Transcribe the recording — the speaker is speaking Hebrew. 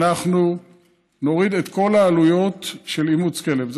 אנחנו נוריד את כל העלויות של אימוץ כלב.